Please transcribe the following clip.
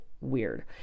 weird